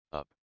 up